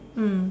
mm